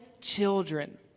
children